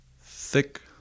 thick